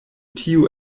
tio